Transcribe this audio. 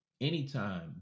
anytime